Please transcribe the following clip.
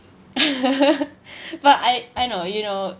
but I I know you know